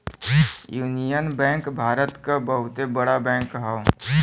union bank Bharat क बहुते बड़ा बैंक हौ